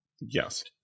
yes